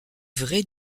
vrai